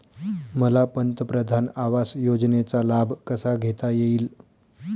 मला पंतप्रधान आवास योजनेचा लाभ कसा घेता येईल?